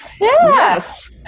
Yes